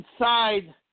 inside